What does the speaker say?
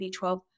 B12